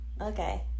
Okay